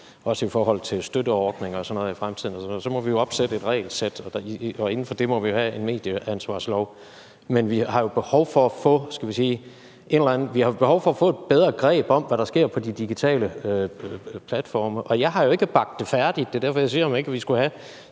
også i forhold til støtteordninger og sådan noget i fremtiden, så må vi jo opsætte et regelsæt, og inden for det må vi jo have en medieansvarslov. Men vi har jo behov for at få et bedre greb om, hvad der sker på de digitale platforme. Og jeg har jo ikke bagt det færdigt. Det er derfor, jeg spørger, om ikke vi skulle have